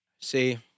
See